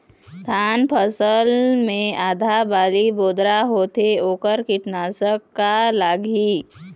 धान फसल मे आधा बाली बोदरा होथे वोकर कीटनाशक का लागिही?